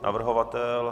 Navrhovatel?